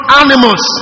animals